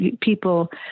people